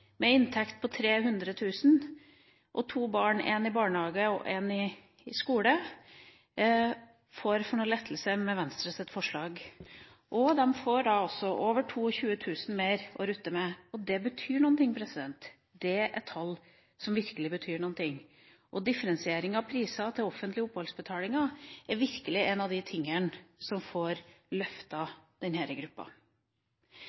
med inntekt på 300 000 kr og to barn – ett i barnehage og ett i skole – får i lettelser med Venstres forslag, og hun får da altså over 22 000 kr mer å rutte med. Det betyr noe. Det er tall som virkelig betyr noe. Differensiering av priser til offentlige oppholdsbetalinger er virkelig en av de tingene som får